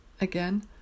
Again